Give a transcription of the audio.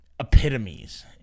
epitomes